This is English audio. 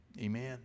amen